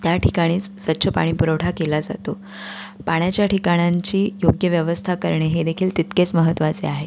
त्या ठिकाणीच स्वच्छ पाणीपुरवठा केला जातो पाण्याच्या ठिकाणांची योग्य व्यवस्था करणे हे देखील तितकेच महत्त्वाचे आहे